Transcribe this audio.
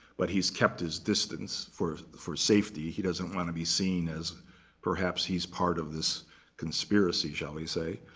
but he's kept his distance for for safety. he doesn't want to be seen as perhaps he's part of this conspiracy, shall we say.